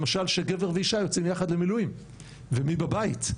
למשל שגבר ואישה יוצאים יחד למילואים ומי בבית?